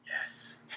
Yes